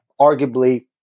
Arguably